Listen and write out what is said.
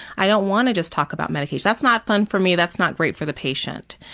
i don't want to just talk about medication. that's not fun for me. that's not great for the patients.